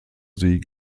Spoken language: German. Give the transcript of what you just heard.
sie